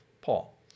Paul